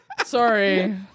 Sorry